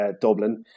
Dublin